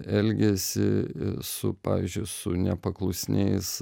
elgiasi su pavyzdžiui su nepaklusniais